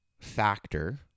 factor